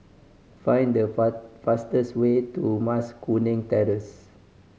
find the fastest way to Mas Kuning Terrace